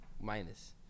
minus